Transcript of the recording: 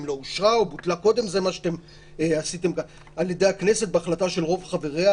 אם לא אושרה או בוטלה קודם לכן על ידי הכנסת בהחלטה של רוב חבריה".